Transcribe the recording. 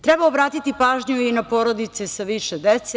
Treba obratiti pažnju i na porodice sa više dece.